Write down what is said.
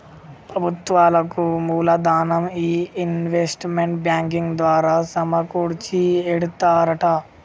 ప్రభుత్వాలకు మూలదనం ఈ ఇన్వెస్ట్మెంట్ బ్యాంకింగ్ ద్వారా సమకూర్చి ఎడతారట